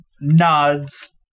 nods